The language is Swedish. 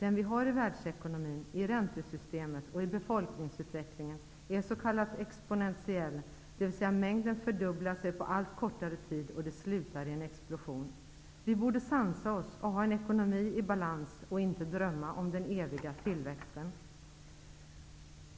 Den vi har i världsekonomin, i räntesystemet och i befolkningsutvecklingen är s.k. exponentiell, dvs. mängden fördubblar sig på allt kortare tid och det slutar i en explosion. Vi borde sansa oss och ha en ekonomi i balans och inte drömma om den eviga tillväxten.